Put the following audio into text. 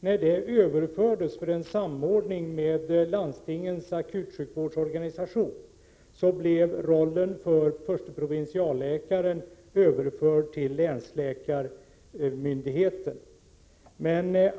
När det överfördes i en samordning med landstingens akutsjukvårdsorganisation blev rollen för den förste provinsialläkaren överförd till länsläkarmyndigheten.